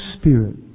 Spirit